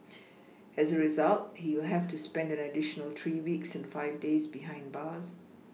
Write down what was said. as a result he will have to spend an additional three weeks and five days behind bars